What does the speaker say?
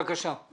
בבקשה.